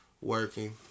Working